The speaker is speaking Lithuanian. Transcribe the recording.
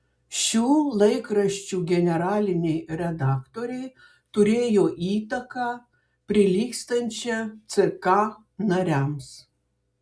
šių laikraščių generaliniai redaktoriai turėjo įtaką prilygstančią ck nariams